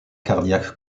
cardiaque